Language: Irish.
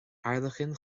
airleacain